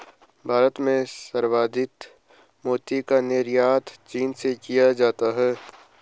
भारत में संवर्धित मोती का निर्यात चीन से किया जाता है